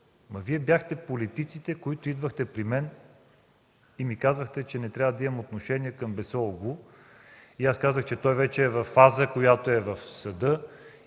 Вие бяхте политиците, които идваха при мен и ми казваха, че не трябва да имам отношение към Бесоолу. Аз отговорих, че той вече е във фаза, която е в съда